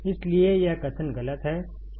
इसलिए यह कथन गलत है